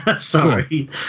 Sorry